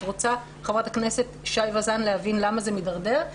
את רוצה, חברת הכנסת שי וזאן להבין למה זה מדרדר?